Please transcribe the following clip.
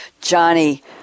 Johnny